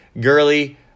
Gurley